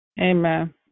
Amen